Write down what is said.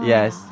Yes